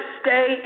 stay